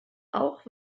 auch